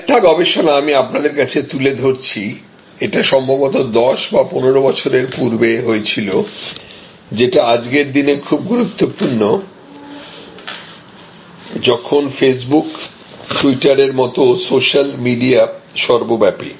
আরেকটা গবেষণা আমি আপনাদের কাছে তুলে ধরছি এটা সম্ভবত 10 বা 15 বৎসর পূর্বে হয়েছিল যেটা আজকের দিনে খুব গুরুত্বপূর্ণ যখন ফেসবুক টুইটারের মতো সোশ্যাল মিডিয়া সর্বব্যাপী